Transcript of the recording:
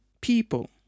people